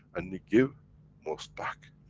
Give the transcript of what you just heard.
and you give most back.